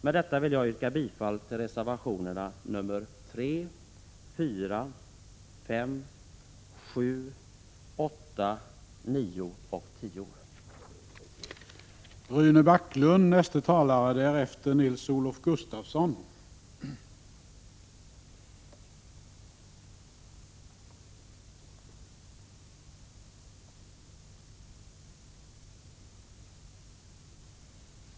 Med detta vill jag yrka bifall till reservationerna nr 3, 4,5, 7, 8, 9 och 10.